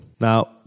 Now